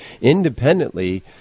independently